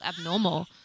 abnormal